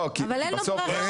לא, כי בסוף --- אבל אין לו ברירה.